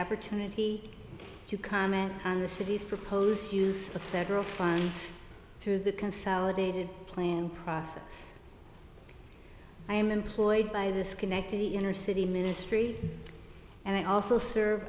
opportunity to comment on the city's proposed use of federal funds through the consolidated plan process i am employed by the schenectady inner city ministry and i also serve